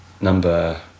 number